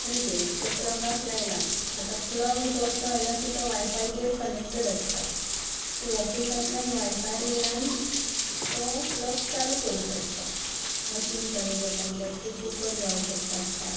आनी कितें तें प्लगाक लायलां आतां प्लग जो असो आयला की तो वायफायचेर कनेक्टीड आसता तूं ऑफिसांतल्यान वायफाया वयल्यान तो प्लग चालू करूंक शकता मशीन चालू जाता इलॅक्ट्रीक कूकर जावं शकता स्टार्ट